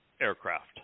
aircraft